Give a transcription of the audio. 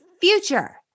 future